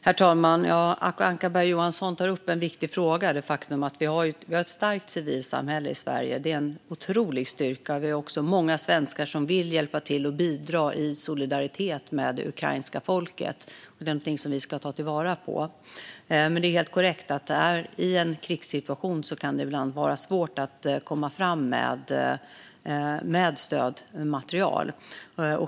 Herr talman! Acko Ankarberg Johansson tar upp en viktig fråga. Vi har ett starkt civilsamhälle i Sverige, och det är en otrolig styrka. Det är också många svenskar som vill hjälpa till och bidra i solidaritet med det ukrainska folket, och det är något vi ska ta vara på. Det är korrekt att det i en krigssituation kan vara svårt att komma fram med stöd och material.